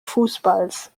fußballs